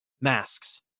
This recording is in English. masks